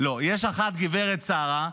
יש אחת, גברת שרה,